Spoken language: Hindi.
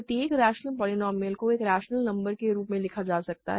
प्रत्येक रैशनल पोलीनोमिअल को एक रैशनल नंबर के रूप में लिखा जा सकता है